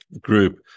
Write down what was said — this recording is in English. group